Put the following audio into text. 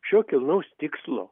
šio kilnaus tikslo